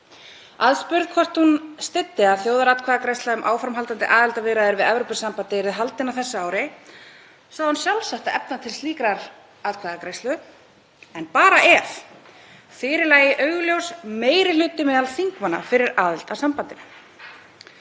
að því hvort hún styddi að þjóðaratkvæðagreiðsla um áframhaldandi aðildarviðræður við Evrópusambandið yrði haldin á þessu ári sagði hún sjálfsagt að efna til slíkrar atkvæðagreiðslu en bara ef fyrir lægi augljós meiri hluti meðal þingmanna fyrir aðild að sambandinu.